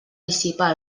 dissipar